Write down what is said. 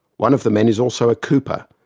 one of the men is also a cooper,